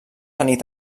tenir